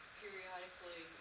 periodically